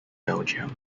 belgium